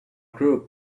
group